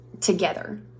together